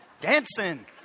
dancing